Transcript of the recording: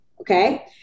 okay